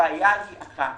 הבעיה היא אחת: